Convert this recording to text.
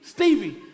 Stevie